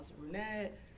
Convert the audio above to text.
Brunette